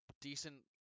decent